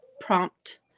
prompt